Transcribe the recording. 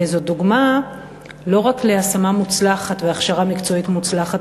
זאת דוגמה לא רק להשמה מוצלחת והכשרה מקצועית מוצלחת